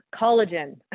Collagen